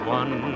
one